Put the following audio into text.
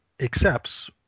accepts